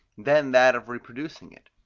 then that of reproducing it,